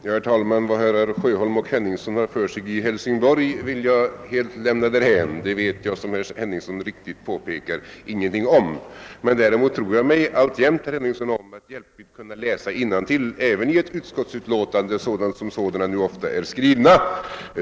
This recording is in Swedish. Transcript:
Herr talman! Vad herrar Sjöholm och Henningsson har för sig i Hälsingborg vill jag helt lämna därhän; det vet jag — som herr Henningsson mycket riktigt påpekade — ingenting om. Men däremot tror jag mig alltjämt om att hjälpligt kunna läsa innantill, även i ett utskottsutlåtande sådana dessa nu ofta är skrivna.